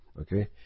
okay